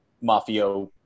mafia